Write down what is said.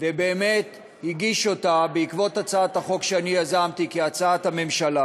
ובאמת הגיש אותה בעקבות הצעת החוק שאני יזמתי כהצעת הממשלה.